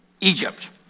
Egypt